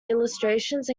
illustrations